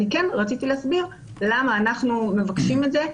אני כן רציתי להסביר למה אנחנו מבקשים את זה,